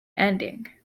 ending